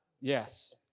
Yes